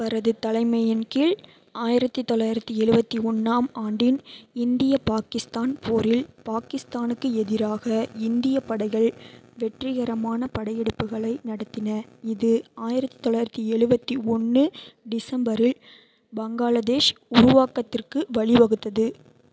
அவரது தலைமையின் கீழ் ஆயிரத்தி தொள்ளாயிரத்தி எழுவத்தி ஒன்றாம் ஆண்டின் இந்திய பாகிஸ்தான் போரில் பாகிஸ்தானுக்கு எதிராக இந்திய படைகள் வெற்றிகரமான படையெடுப்புகளை நடத்தின இது ஆயிரத்தி தொள்ளாயிரத்தி எழுவத்தி ஒன்று டிசம்பரில் பங்களாதேஷ் உருவாக்கத்திற்கு வழிவகுத்தது